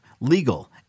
legal